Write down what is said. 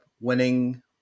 winning